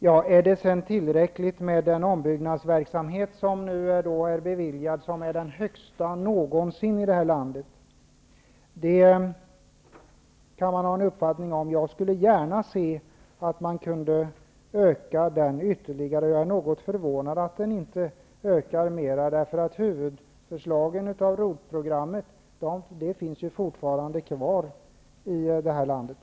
Om det är tillräckligt med den ombyggnadsverksamhet som är beviljad -- det är den högsta någonsin i det här landet -- kan man ha olika uppfattningar om. Jag skulle gärna se att man kunde öka den ytterligare. Jag är förvånad att den inte ökar mer. Huvudförslagen för ROT-programmet finns ju fortfarande kvar här i landet.